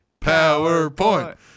PowerPoint